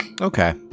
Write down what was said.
Okay